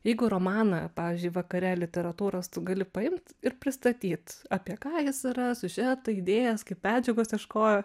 jeigu romaną pavyzdžiui vakare literatūros tu gali paimt ir pristatyt apie ką jis yra siužetą idėjas kaip medžiagos ieškojo